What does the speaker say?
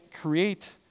create